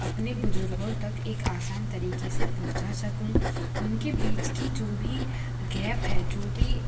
अपने बुज़ुर्गों तक एक आसान तरीक़े से पहुंचा सकूँ उनके बीच की जो भी गैप है जो भी